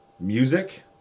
Music